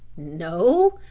no,